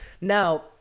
Now